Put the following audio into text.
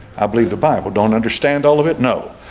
i believe the bible don't understand all of it. no,